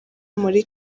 muri